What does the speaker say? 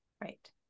right